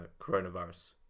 coronavirus